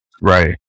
Right